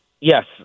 Yes